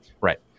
Right